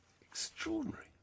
extraordinary